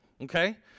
Okay